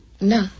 No